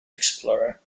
explorer